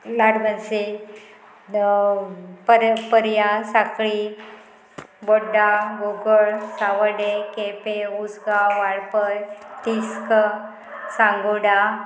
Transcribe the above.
लाडबनसे पर पर्या साकळें बोड्डा गोगळ सावडे केपे उसगांव वाळपय तिस्क सांगोडा